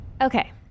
Okay